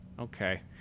okay